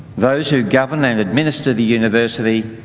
those who govern and administer the university,